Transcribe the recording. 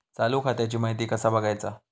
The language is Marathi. चालू खात्याची माहिती कसा बगायचा?